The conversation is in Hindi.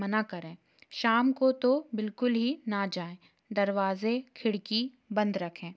मना करें शाम को तो बिल्कुल ही ना जाएं दरवाज़े खिड़की बंद रखें